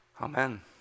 amen